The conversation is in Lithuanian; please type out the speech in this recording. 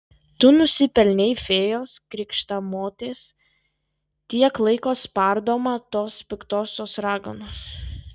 tu nusipelnei fėjos krikštamotės tiek laiko spardoma tos piktosios raganos